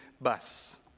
bus